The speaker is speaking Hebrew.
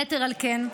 יתר על כן,